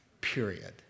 period